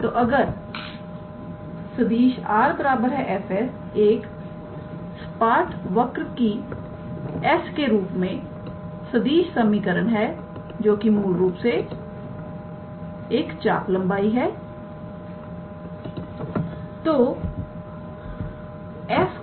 तो अगर सदिश 𝑟⃗ 𝑓⃗ एक सपाट वक्र की s के रूप में सदिश समीकरण है जोकि मूल रूप से एक चापलंब है